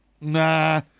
Nah